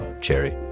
cherry